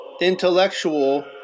intellectual